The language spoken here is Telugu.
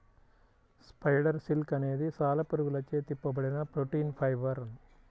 స్పైడర్ సిల్క్ అనేది సాలెపురుగులచే తిప్పబడిన ప్రోటీన్ ఫైబర్